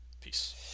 Peace